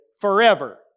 forever